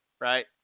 right